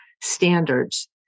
standards